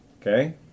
Okay